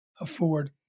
afford